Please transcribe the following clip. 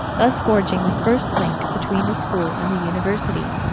thus forging the first link between the school and the university,